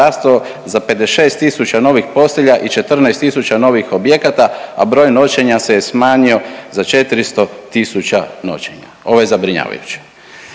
za 56 tisuća novih postelja i 14 tisuća novih objekata, a broj noćenja se je smanjio za 400 tisuća noćenja. Ovo je zabrinjavajuće.